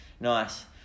nice